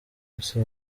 gusa